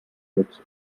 luxus